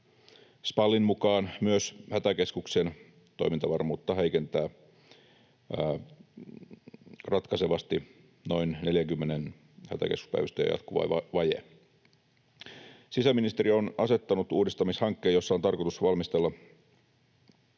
SPALin mukaan myös Hätäkeskuksen toimintavarmuutta heikentää ratkaisevasti noin 40 hätäkeskuspäivystäjän jatkuva vaje. Sisäministeriö on asettanut uudistamishankkeen, jossa on tarkoitus valmistella